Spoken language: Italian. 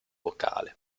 vocale